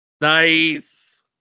Nice